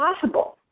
possible